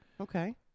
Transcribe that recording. Okay